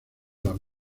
las